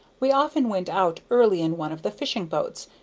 we often went out early in one of the fishing-boats,